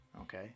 Okay